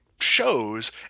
shows